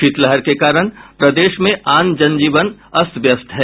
शीतलहर के कारण प्रदेश में आम जनजीवन अस्त व्यस्त है